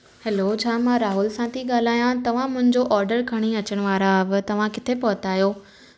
हलो छा मां राहुल सां थी ॻाल्हायां तव्हां मुंहिंजो ऑडर खणी अचण वारा हुआ तवां किथे पहुता आहियो